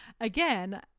again